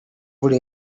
would